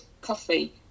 coffee